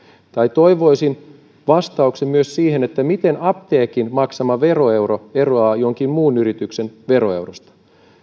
toivoisin vastauksen myös siihen miten apteekin maksama veroeuro eroaa jonkin muun yrityksen veroeurosta